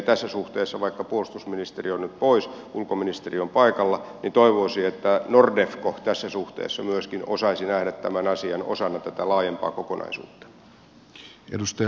tässä suhteessa vaikka puolustusministeri on nyt pois ulkoministeri on paikalla toivoisi että nordefco tässä suhteessa myöskin osaisi nähdä tämän asian osana tätä laajempaa kokonaisuutta